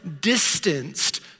distanced